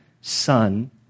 son